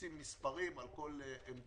ישים מספרים על כל אמצעי,